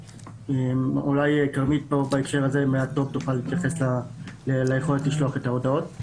אולי כרמית בהקשר הזה מהטו"פ תוכל להתייחס ליכולת לשלוח את ההודעות.